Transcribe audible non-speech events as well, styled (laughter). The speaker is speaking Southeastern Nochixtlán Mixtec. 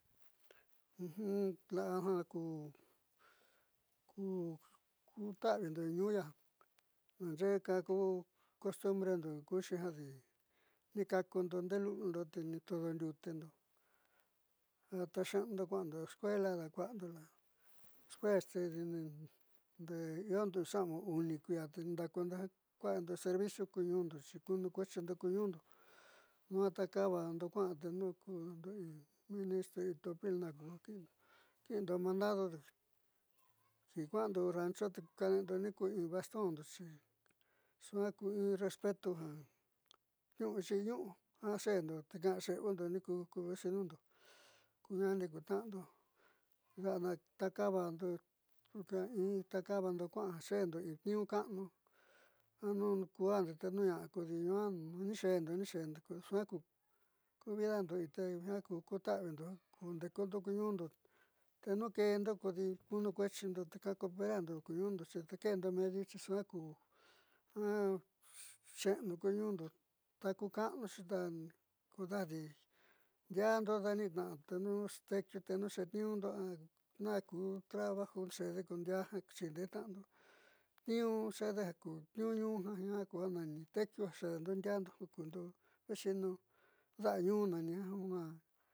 La'a ja ja ku ku ta'avindo ñuun i'ia naxee kaku cost (hesitation) brendo kuxi judi ni kaakundo ndee lu'u liundo te nitodo'ondiutendo ja ta xe'enunde te kua'ando escuela dakua'ando la'a despues te iondo sa'aun uni kui'ia te ndaakundo ju kua'ando servico ku ñuundo ke kunukueexindo ku ñuundo duaa takaubando kua'a tenu kundo in ministro o topil naj ku ja kundo kiindo mandado ki kua'ando ranchu te kane'endo in bastondo xi suaa ku in respeto ja niu'u xiiñu'u ja xe'endo te kaxe'aundo niku ku vecinondo ku ñaani kutna'ando la'a taakabando takabaando kuaá jaxeendo in tniinu ka'anu te nu kujando tenu ña'a kodi nixe'endo ni xe'endo ko suaa ku vidando te jiaa ku kota'avindo kunde'ekundo ku nu'undo ku ke'endo kodi kunu kueexindo te ka coperardo ku ñuundo xi dake'endo medio te suaá ku ja xe'enu ku ñuundo ta ku ka'anuxi kodandí ndiadndo daanitna'a.